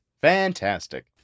Fantastic